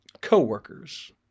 co-workers